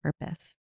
purpose